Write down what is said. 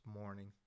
morning